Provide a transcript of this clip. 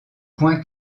point